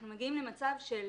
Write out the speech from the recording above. אנחנו מגיעים למצב של